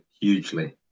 hugely